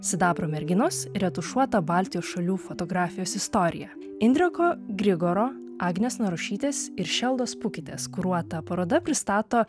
sidabro merginos retušuota baltijos šalių fotografijos istorija indreko grigoro agnės narušytės ir šeldos pukitės kuruota paroda pristato